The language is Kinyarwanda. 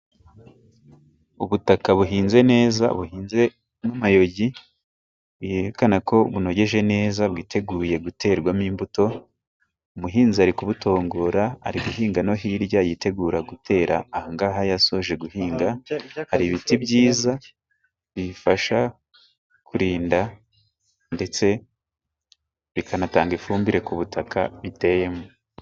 Ubutaka buhinze neza buhinze n'amayogi, yerekana ko bunogeje neza bwiteguye guterwamo imbuto, umuhinzi ari kubutongora, ari guhinga no hirya yitegura gutera, ahangaha yasoje guhinga hari ibiti byiza, bifasha kurinda ndetse bikanatanga ifumbire ku butaka biteyemo.